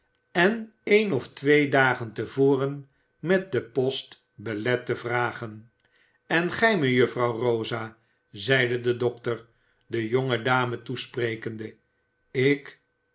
en een of twee dagen te voren met de post belet te laten vragen en gij mejuffrouw rosa zeide de dokter de jonge dame toesprekende ik